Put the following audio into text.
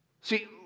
See